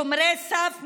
שומרי סף,